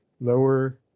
lower